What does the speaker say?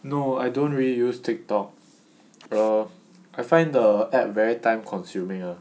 no I don't really use TikTok err I find the app very time consuming ah